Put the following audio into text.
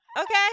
Okay